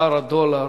בשער הדולר